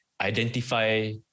identify